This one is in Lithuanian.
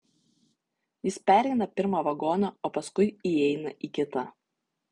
jis pereina pirmą vagoną o paskui įeina į kitą